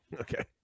Okay